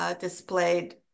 displayed